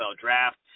draft